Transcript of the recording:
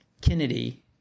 Kennedy